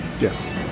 yes